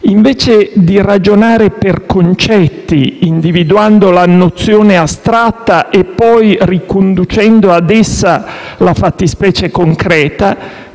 Invece di ragionare per concetti, individuando la nozione astratta e poi riconducendo ad essa la fattispecie concreta,